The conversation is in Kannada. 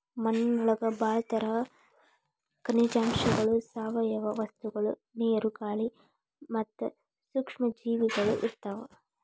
ಮಣ್ಣಿನೊಳಗ ಬಾಳ ತರದ ಖನಿಜಾಂಶಗಳು, ಸಾವಯವ ವಸ್ತುಗಳು, ನೇರು, ಗಾಳಿ ಮತ್ತ ಸೂಕ್ಷ್ಮ ಜೇವಿಗಳು ಇರ್ತಾವ